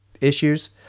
issues